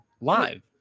live